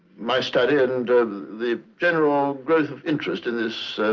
my study and and the general growth of interest in this